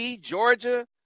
Georgia